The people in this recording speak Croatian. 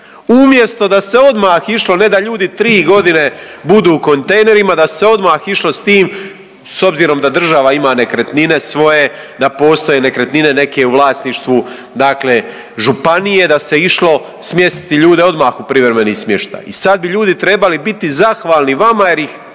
umjesto da se odmah išlo ne da ljudi tri godine budu u kontejnerima, da se odmah išlo sa tim s obzirom da država ima nekretnine svoje, da postoje nekretnine neke u vlasništvu, dakle županije, da se išlo smjestiti ljude odmah u privremeni smještaj. I sad bi ljudi trebali biti zahvalni vama jer ih